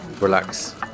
relax